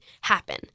happen